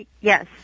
Yes